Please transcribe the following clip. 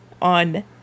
on